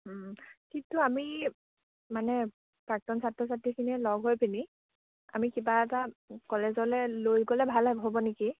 ঠিকটো আমি মানে প্ৰাক্তন ছাত্ৰ ছাত্ৰীখিনিয়ে লগ হৈ পিনি আমি কিবা এটা কলেজলে লৈ গ'লে ভাল হ'ব নেকি